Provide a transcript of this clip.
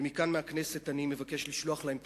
ומכאן מהכנסת אני מבקש לשלוח להם תנחומים.